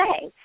say